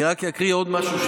אני רק אקריא עוד משהו,